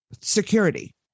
security